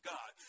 God